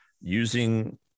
using